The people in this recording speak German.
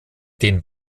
den